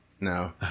No